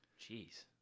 Jeez